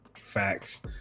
Facts